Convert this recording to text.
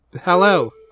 hello